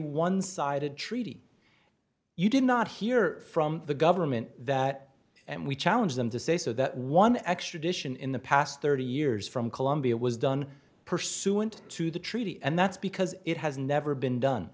one sided treaty you did not hear from the government that and we challenge them to say so that one extradition in the past thirty years from colombia was done pursuant to the treaty and that's because it has never been done